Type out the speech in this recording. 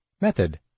Method